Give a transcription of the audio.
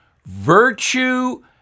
virtue